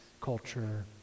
culture